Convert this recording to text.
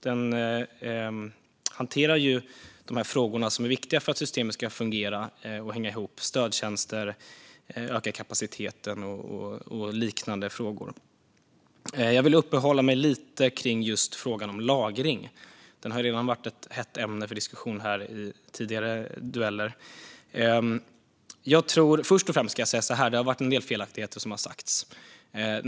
Den hanterar de frågor som är viktiga för att systemet ska fungera och hänga ihop, till exempel stödtjänster och ökad kapacitet. Jag vill uppehålla mig lite vid frågan om lagring. Den har redan varit ett hett ämne för diskussion under tidigare replikdueller. Först och främst har en del felaktigheter sagts.